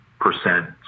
percent